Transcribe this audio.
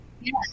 Yes